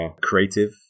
creative